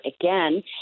again